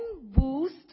boost